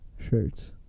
shirts